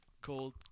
called